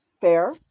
fair